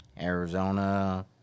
Arizona